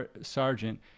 sergeant